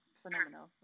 phenomenal